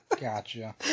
gotcha